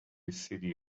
city